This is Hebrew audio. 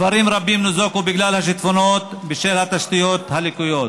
כפרים רבים ניזוקו בגלל שיטפונות בשל התשתיות הלקויות.